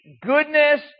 goodness